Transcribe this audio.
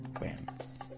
wins